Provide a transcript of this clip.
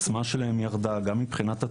גם מבחינת הטיפולים,